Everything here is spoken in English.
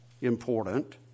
important